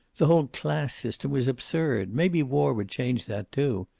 the whole class system was absurd. maybe war would change that, too.